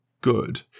good